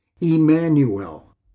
Emmanuel